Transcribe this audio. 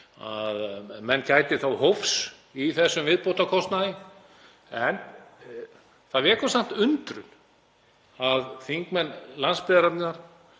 að menn gæti hófs í þessum viðbótarkostnaði. En það vekur samt undrun að þingmenn landsbyggðarinnar,